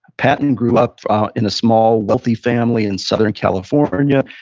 patton grew up in a small wealthy family in southern california.